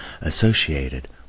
associated